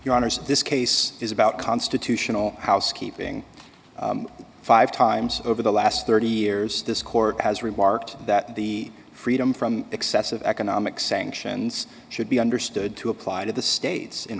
your honour's this case is about constitutional housekeeping five times over the last thirty years this court has remarked that the freedom from excessive economic sanctions should be understood to apply to the states in